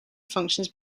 functions